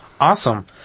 Awesome